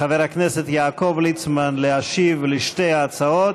חבר הכנסת יעקב ליצמן להשיב על שתי ההצעות.